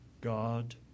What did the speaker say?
God